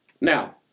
Now